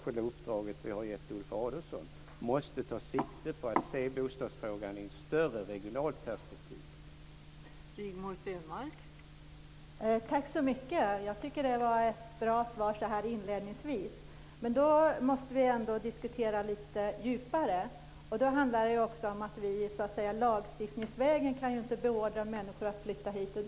Staten måste naturligtvis också medverka via länsstyrelser och det särskilda uppdrag som vi har gett Ulf Adelsohn.